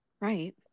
Right